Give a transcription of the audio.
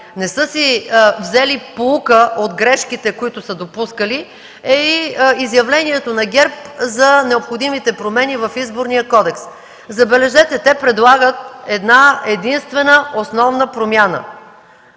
не са си взели поука от грешките, които са допускали, е изявлението на ГЕРБ за необходимите промени в Изборния кодекс. Забележете, че те предлагат една-единствена основна промяна,